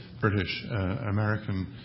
British-American